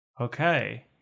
Okay